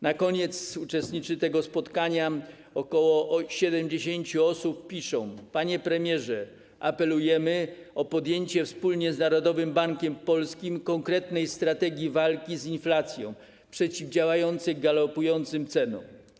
Na koniec uczestnicy tego spotkania, ok. 70 osób, piszą: Panie premierze, apelujemy o podjęcie wspólnie z Narodowym Bankiem Polskim konkretnej strategii walki z inflacją przeciwdziałającej galopującym cenom.